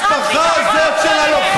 אתה עושה כאן עבירת ביטחון שדה מעל הדוכן הזה.